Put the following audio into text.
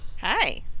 Hi